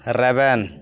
ᱨᱮᱵᱮᱱ